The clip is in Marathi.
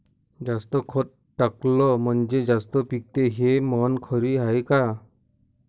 जास्त खत टाकलं म्हनजे जास्त पिकते हे म्हन खरी हाये का?